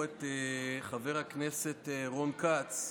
רון כץ,